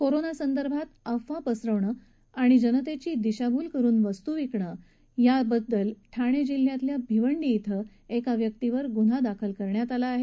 कोरोनासंदर्भात अफवा पसरवणे आणि जनतेची दिशाभूल करून वस्तू विकणे यासाठी ठाणे जिल्ह्यातल्या भिवंडी इथे एका व्यक्तीवर गुन्हा दाखल करण्यात आला आहे